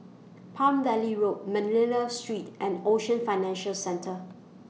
Palm Valley Road Manila Street and Ocean Financial Centre